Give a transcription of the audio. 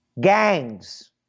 Gangs